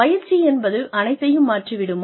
பயிற்சி என்பது அனைத்தையும் மாற்றி விடுமா